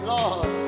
Lord